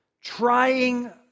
trying